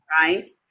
right